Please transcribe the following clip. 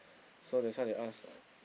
so that's why they ask